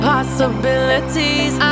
Possibilities